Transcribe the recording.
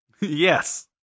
Yes